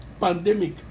pandemic